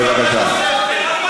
בבקשה.